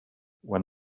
when